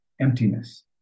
emptiness